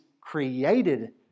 created